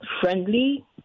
friendly